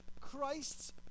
christ's